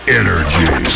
energy